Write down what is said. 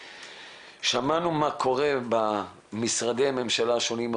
שמענו מה קורה במשרדי הממשלה השונים,